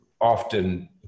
often